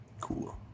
cool